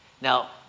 now